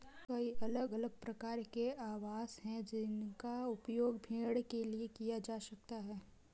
कई अलग अलग प्रकार के आवास हैं जिनका उपयोग भेड़ के लिए किया जा सकता है